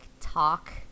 talk